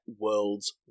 world's